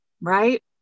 right